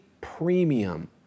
premium